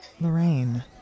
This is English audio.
Lorraine